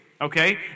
Okay